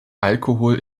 alkohol